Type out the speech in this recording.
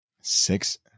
Six